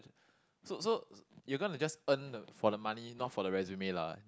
so so you're gonna just earn the for the money not for the resume lah